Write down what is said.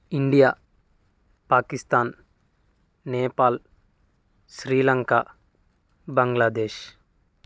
India Pakistan Nepal Sri Lanka Bangladesh